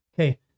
Okay